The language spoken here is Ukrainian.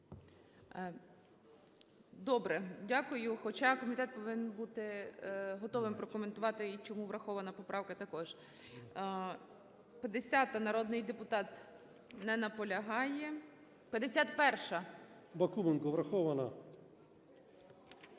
Добре. Дякую. Хоча комітет повинен бути готовим прокоментувати, чому врахована поправка також. 50-а. Народний депутат не наполягає. 51-а. ЮРЧИШИН П.В. Бакуменко. Врахована.